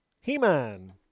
He-Man